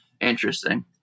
interesting